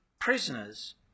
prisoners